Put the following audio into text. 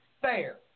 fair